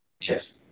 Yes